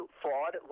fraud